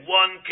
one